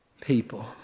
people